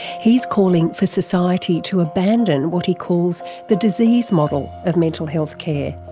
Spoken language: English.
he's calling for society to abandon what he calls the disease model of mental health care,